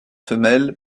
femelle